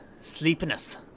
sleepiness